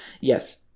Yes